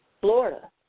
Florida